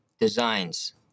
designs